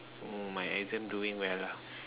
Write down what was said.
oh my exam doing well ah